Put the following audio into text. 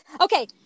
Okay